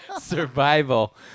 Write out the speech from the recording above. survival